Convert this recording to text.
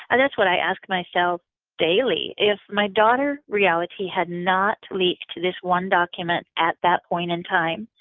and that's what i ask myself daily. if my daughter reality had not leaked to this one document at that point in time,